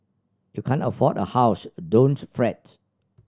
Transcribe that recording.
if you can't afford a house don't fret